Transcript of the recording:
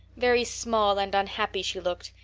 very small and unhappy she looked,